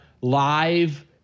live